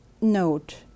note